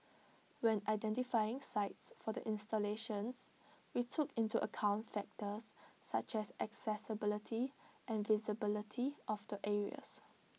when identifying sites for the installations we took into account factors such as accessibility and visibility of the areas